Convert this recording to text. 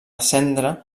cendra